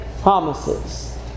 promises